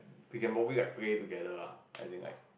we can probably like play together lah as in like